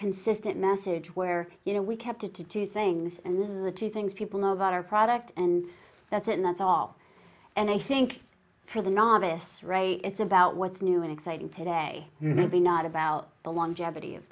consistent message where you know we kept it to two things and those are the two things people know about our product and that's it that's all and i think for the novice ray it's about what's new and exciting today maybe not about the longevity of